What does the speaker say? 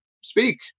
speak